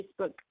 Facebook